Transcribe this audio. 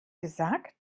gesagt